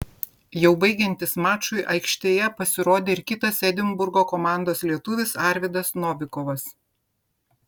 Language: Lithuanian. jau baigiantis mačui aikštėje pasirodė ir kitas edinburgo komandos lietuvis arvydas novikovas